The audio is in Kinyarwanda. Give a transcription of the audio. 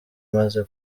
maze